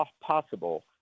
possible